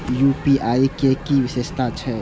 UPI के कि विषेशता छै?